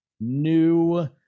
new